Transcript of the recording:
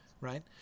right